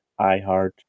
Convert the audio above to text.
iHeart